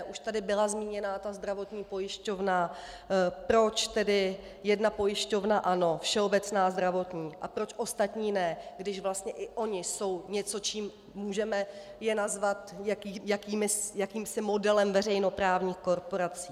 Už tady byla zmíněna ta zdravotní pojišťovna proč tedy jedna pojišťovna ano, Všeobecná zdravotní, a proč ostatní ne, když vlastně i ony jsou něco, můžeme je nazvat jakýmsi modelem veřejnoprávních korporací.